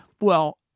well-